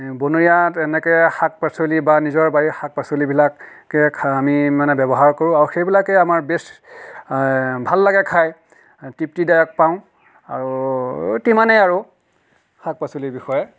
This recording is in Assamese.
বনৰীয়া তেনেকৈ শাক পাচলি বা নিজৰ বাৰীৰ শাক পাচলিবিলাককে খা আমি মানে ব্যৱহাৰ কৰোঁ আৰু সেইবিলাকেয়ে আমাৰ বেষ্ট ভাল লাগে খাই তৃপ্তিদায়ক পাওঁ আৰু তিমানেই আৰু শাক পাচলিৰ বিষয়ে